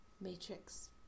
matrix